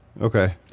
Okay